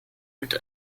mit